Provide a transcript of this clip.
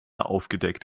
aufgedeckt